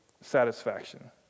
satisfaction